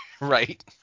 Right